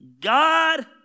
God